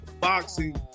boxing